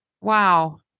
wow